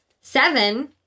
Seven